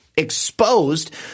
exposed